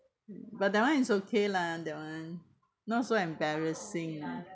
mm but that [one] is okay lah that [one] not so embarrassing